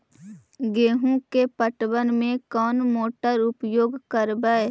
गेंहू के पटवन में कौन मोटर उपयोग करवय?